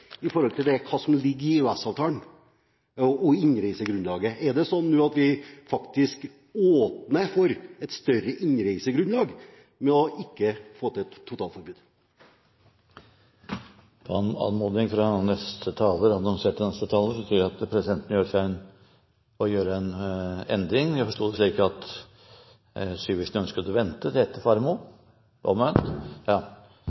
i forhold til hva som ligger i EØS-avtalen og i innreisegrunnlaget. Er det slik at vi faktisk åpner for et større innreisegrunnlag ved ikke å få til et totalforbud? På anmodning fra den annonserte neste taler, tror jeg at presidenten må gjøre en endring. Jeg forsto det slik at representanten Syversen ønsket å vente til etter statsråd Faremo?